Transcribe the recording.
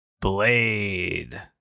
Blade